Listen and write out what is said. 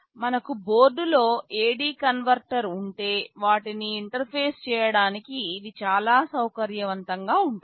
మనకు బోర్డులో A D converter ఉంటే వాటిని ఇంటర్ఫేస్ చేయడానికి ఇది చాలా సౌకర్యవంతంగా ఉంటుంది